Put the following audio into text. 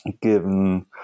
given